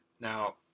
Now